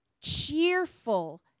cheerful